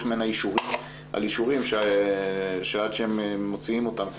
ממנה אישורים על אישורים שעד שהם מוציאים אותם,